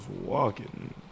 walking